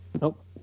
Nope